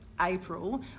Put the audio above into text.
April